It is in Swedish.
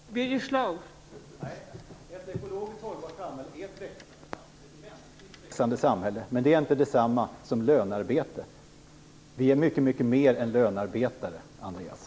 Fru talman! Nej, ett ekologiskt hållbart samhälle är ett växande samhälle, ett mänskligt, växande samhälle. Men det är inte detsamma som lönearbete. Vi är mycket mer än lönearbetare, Andreas.